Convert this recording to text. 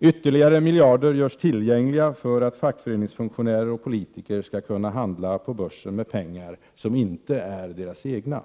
Ytterligare miljarder görs tillgängliga för att fackföreningsfunktionärer och politiker skall kunna handla på börsen med pengar som inte är deras egna.